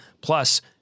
Plus